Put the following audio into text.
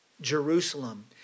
Jerusalem